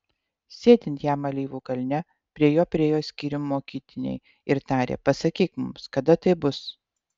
sėdint jam alyvų kalne prie jo priėjo skyrium mokytiniai ir tarė pasakyk mums kada tai bus